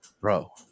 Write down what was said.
Bro